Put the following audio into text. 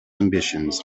ambitions